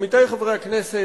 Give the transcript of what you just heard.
עמיתי חברי הכנסת,